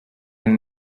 and